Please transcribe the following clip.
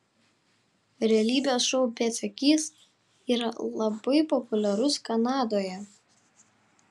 realybės šou pėdsekys yra labai populiarus kanadoje